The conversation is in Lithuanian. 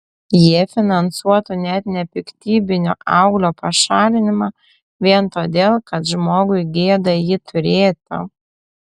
jie finansuotų net nepiktybinio auglio pašalinimą vien todėl kad žmogui gėda jį turėti